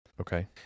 Okay